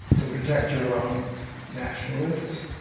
to protect your own national interest.